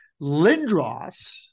Lindros